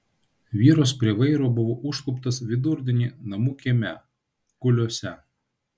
vyras prie vairo buvo užkluptas vidurdienį namų kieme kuliuose